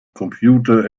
computer